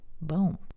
Boom